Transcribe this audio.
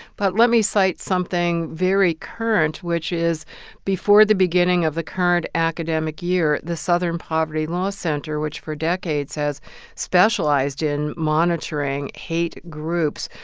but let me cite something very current, which is before the beginning of the current academic year, the southern poverty law center, which for decades has specialized in monitoring hate groups,